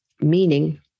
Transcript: meaning